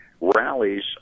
rallies